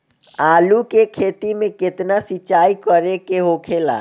आलू के खेती में केतना सिंचाई करे के होखेला?